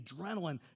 adrenaline